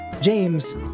James